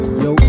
yo